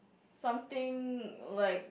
something like